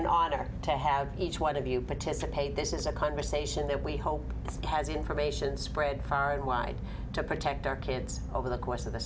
author to have each one of you participate this is a conversation that we hope has information spread far and wide to protect our kids over the course of the